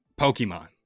pokemon